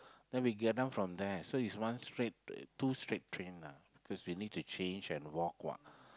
then we get down from there so it's one straight uh two straight train lah cause we need to change and walk [what]